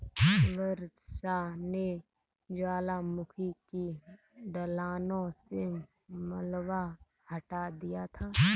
वर्षा ने ज्वालामुखी की ढलानों से मलबा हटा दिया था